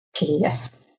Yes